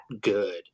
good